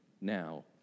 now